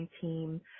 team